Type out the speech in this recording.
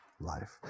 Life